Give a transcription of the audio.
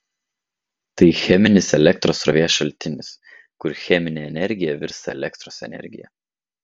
tai cheminis elektros srovės šaltinis kur cheminė energija virsta elektros energija